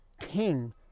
king